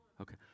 okay